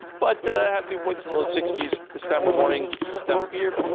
but have dew points and low sixty s. this time of morning this time of year.